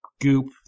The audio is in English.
goop